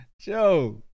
Joe